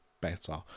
better